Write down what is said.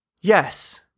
yes